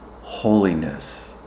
holiness